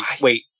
Wait